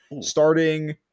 starting